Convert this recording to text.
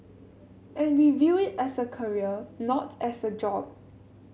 and we view it as a career not as a job